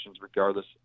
regardless